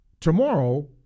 tomorrow